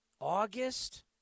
August